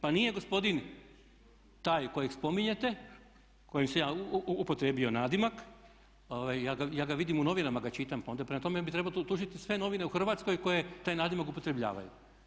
Pa nije gospodin taj kojeg spominjete kojem sam ja upotrijebio nadimak ja ga vidim, u novinama ga čitam, pa onda prema tome on bi trebao tužiti sve novine u Hrvatskoj koje taj nadimak upotrebljavaju.